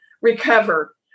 recover